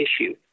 issue